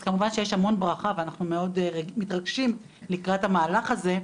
אז כמובן שיש המון ברכה ואנחנו מאוד מתרגשים לקראת המהלך הזה.